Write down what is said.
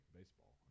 baseball